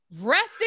resting